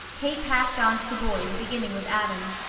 kate passed on to the boys, beginning with adam.